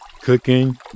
cooking